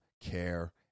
care